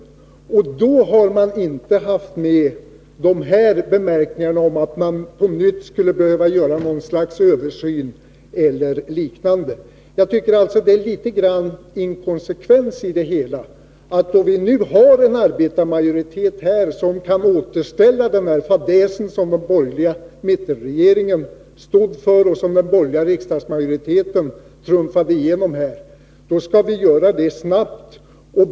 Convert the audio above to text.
Då har man inte haft med dessa bemärkningar om att det på nytt skulle behöva göras något slags översyn eller liknande. Det är därför litet inkonsekvent det hela. När vi nu har en arbetarmajoritet i riksdagen som kan reparera den fadäs som den borgerliga mittenregeringen stod för och som den borgerliga riksdagsmajoriteten trumfade igenom, skall vi göra det snabbt.